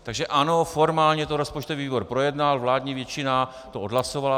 Takže ano, formálně to rozpočtový výbor projednal, vládní většina to odhlasovala.